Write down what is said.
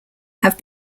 have